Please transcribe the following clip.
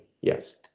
yes